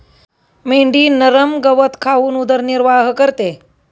मेंढी नरम गवत खाऊन उदरनिर्वाह करते